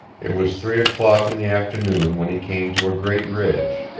it was three o'clock in the afternoon when he came to a great ridge,